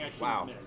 wow